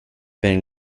ben